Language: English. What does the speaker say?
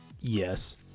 Yes